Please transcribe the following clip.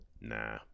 Nah